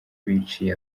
biciye